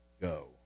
go